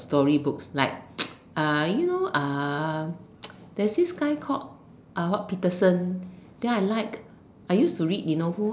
story books like uh you know uh there's this guy called uh what Peterson then I like I used to read you know who